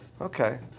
Okay